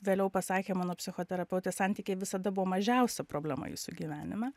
vėliau pasakė mano psichoterapeutė santykiai visada buvo mažiausia problema jūsų gyvenime